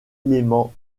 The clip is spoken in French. élément